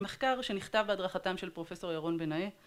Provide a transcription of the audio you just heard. ‫מחקר שנכתב בהדרכתם ‫של פרופ' ירון בנאה.